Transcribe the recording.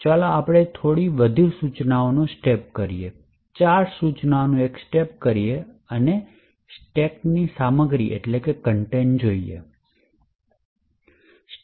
ચાલો આપણે થોડી વધુ સૂચનાઓનું સ્ટેપ કરીયે ચાર સૂચનોનું એક સ્ટેપ કરીયે અને સ્ટેકની સામગ્રી જુઓ